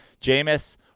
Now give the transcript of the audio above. Jameis